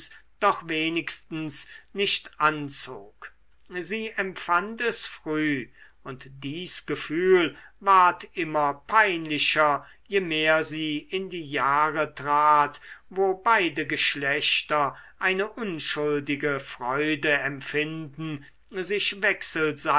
doch wenigstens nicht anzog sie empfand es früh und dies gefühl ward immer peinlicher je mehr sie in die jahre trat wo beide geschlechter eine unschuldige freude empfinden sich